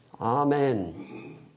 Amen